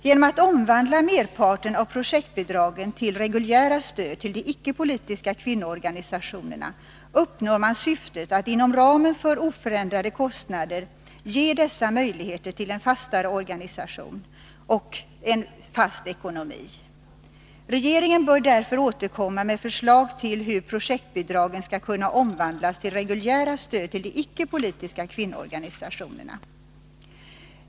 Genom att omvandla merparten av projektbidragen till reguljära stöd till 131 de icke-politiska kvinnoorganisationerna uppnår man syftet att inom ramen för oförändrade kostnader ge dessa möjligheter till en fastare organisation och en fast ekonomi. Regeringen bör därför återkomma med förslag till hur projektbidragen skall kunna omvandlas till reguljära stöd till de ickepolitiska kvinnoorganisationerna.